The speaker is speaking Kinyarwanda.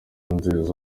nziza